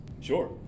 Sure